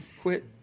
quit